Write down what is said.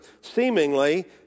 seemingly